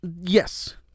Yes